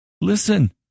Listen